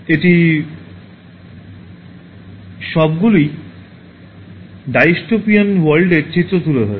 এটি সবগুলিই ডাইস্টোপিয়ান ওয়ার্ল্ডের চিত্র তুলে ধরে